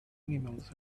animals